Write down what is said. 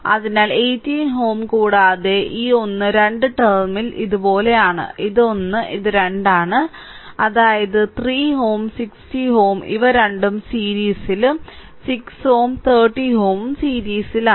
അതിനാൽ 18 Ω കൂടാതെ ഈ ഒന്ന് 2 ടെർമിനൽ ഇതുപോലെയാണ് ഇത് 1 ഇത് 2 ആണ് അതായത് 3 Ω 60 Ω ഇവ രണ്ടും സീരീസിലും 6 Ω 30 Ω സീരീസിലുമാണ്